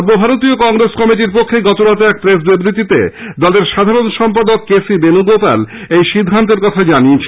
সর্বভারতীয় কংগ্রেস কমিটির পক্ষে গত রাতে এক প্রেস বিব্বতিতে দলের সাধারণ সম্পাদক কেসি বেনুগোপাল এই সিদ্ধান্তের কথা জানিয়েছেন